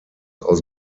aus